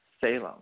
Salem